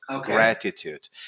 gratitude